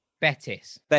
Betis